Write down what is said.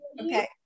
Okay